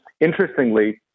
Interestingly